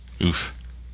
Oof